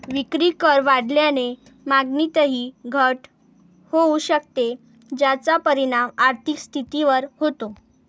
विक्रीकर वाढल्याने मागणीतही घट होऊ शकते, ज्याचा परिणाम आर्थिक स्थितीवर होतो